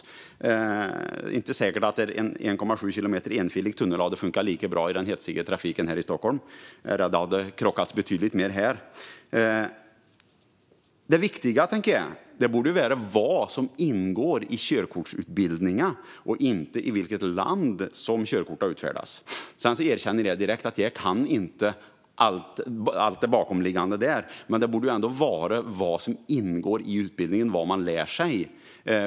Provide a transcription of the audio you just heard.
Jag är inte säker på att en 1,7 kilometer enfilig tunnel hade fungerat lika bra i den hetsiga trafiken här i Stockholm. Jag är rädd för att det hade krockats betydligt mer här. Det viktiga borde vara vad som ingår i körkortsutbildningen, inte i vilket land som körkortet har utfärdats. Sedan erkänner jag direkt att jag inte kan allt det bakomliggande. Men det borde ändå vara vad som ingår i utbildningen och vad man lär sig.